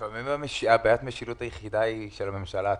לפעמים בעיית המשילות היחידה היא של הממשלה עצמה.